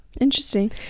interesting